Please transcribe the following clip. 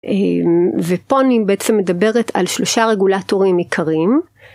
ופה אני בעצם מדברת על שלושה רגולטורים עיקריים.